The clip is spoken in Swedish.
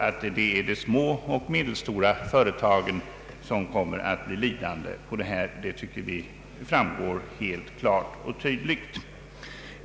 Att det blir de små och medelstora företagen som kommer att bli lidande på detta framgår klart och tydligt.